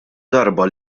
darba